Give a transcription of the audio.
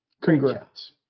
Congrats